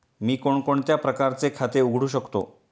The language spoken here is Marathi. मी कोणकोणत्या प्रकारचे खाते उघडू शकतो?